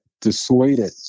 dissuaded